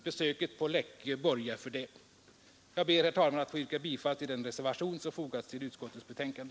Besöket på Läckö borgar för det. Jag ber att få yrka bifall till den reservation som fogats vid utskottets betänkande.